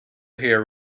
hear